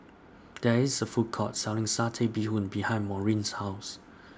There IS A Food Court Selling Satay Bee Hoon behind Maureen's House